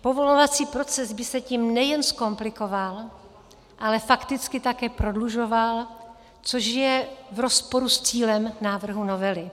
Povolovací proces by se tím nejen zkomplikoval, ale fakticky také prodlužoval, což je v rozporu s cílem návrhu novely.